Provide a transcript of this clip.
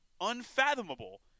unfathomable